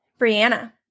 Brianna